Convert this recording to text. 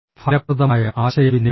ഫലപ്രദമായ ആശയവിനിമയം